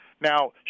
Now